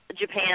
Japan